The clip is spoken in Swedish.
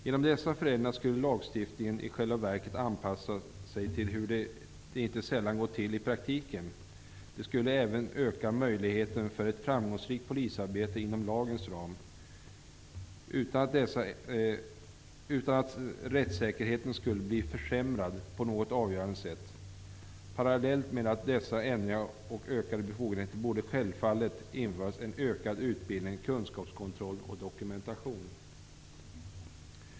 Genom dessa förändringar skulle lagstiftningen i själva verket anpassas till hur det inte sällan går till i praktiken. Det skulle även öka möjligheten för ett framgångsrikt polisarbete inom lagens ram utan att rättssäkerheten skulle bli försämrad på något avgörande sätt. Parallellt med dessa ändringar och ökade befogenheter borde självfallet införas en ökad utbildning, kunskapskontroll och dokumentation.